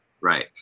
Right